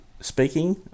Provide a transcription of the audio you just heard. speaking